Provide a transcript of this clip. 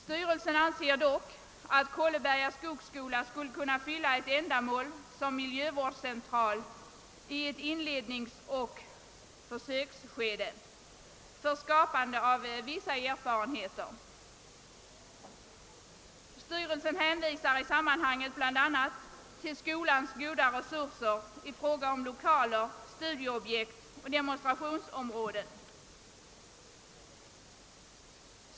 Styrelsen anser dock att Kolleberga skogsskola skall kunna fylla ett ändamål som miljövårdscentral i ett inledningsoch försöksskede för att vinna vissa erfarenheter. Styrelsen hänvisar i sammanhanget bl.a. till skolans goda resurser i fråga om lokaler, studieobjekt och demonstrationsområden.